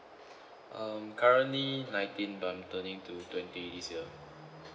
um currently nineteen but turning to twenty this year